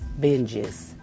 Binges